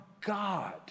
God